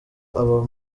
aba